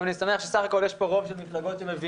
אני גם שמח שבסך הכול יש פה רוב של מפלגות שמבינות